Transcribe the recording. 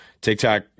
TikTok